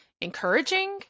encouraging